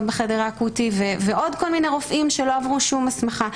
בחדר האקוטי ועוד כל מיני רופאים שלא עברו שום הסמכה.